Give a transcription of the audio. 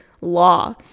law